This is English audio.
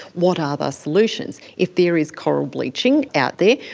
what are the solutions? if there is coral bleaching out there,